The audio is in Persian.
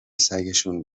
سگشون